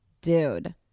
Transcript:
Dude